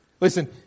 Listen